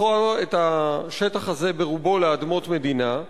הפכה את השטח הזה ברובו לאדמות מדינה.